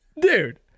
dude